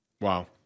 Wow